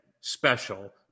special